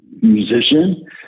musician